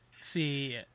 See